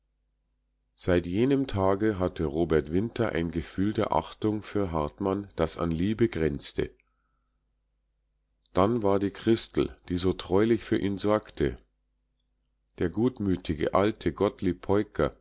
seit jenem tage hatte robert winter ein gefühl der achtung für hartmann das an liebe grenzte dann war die christel die so treulich für ihn sorgte der gutmütige alte